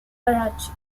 karachi